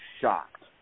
shocked